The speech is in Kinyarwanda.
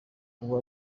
ubu